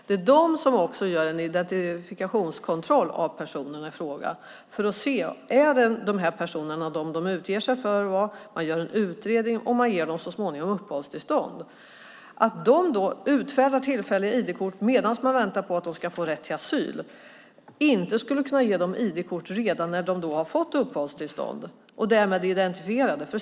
Det är de som också gör en identifikationskontroll av personerna i fråga för att se om dessa personer är de som de utger sig för att vara, gör en utredning och så småningom ger uppehållstillstånd. Om man utfärdar tillfälliga ID-kort för dem som väntar på att få asyl, varför skulle man då inte kunna ge dem ID-kort redan när de har fått uppehållstillstånd och därmed är identifierade?